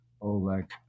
Oleg